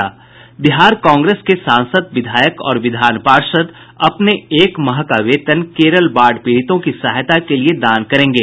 बिहार कांग्रेस के सांसद विधायक और विधान पार्षद अपने एक माह का वेतन केरल बाढ़ पीड़ितों की सहायता के लिए दान करेंगे